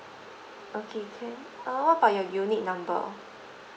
okay can what about your unit number